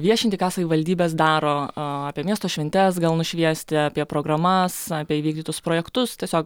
viešinti ką savivaldybės daro a apie miesto šventes gali nušviesti apie programas apie įvykdytus projektus tiesiog